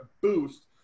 boost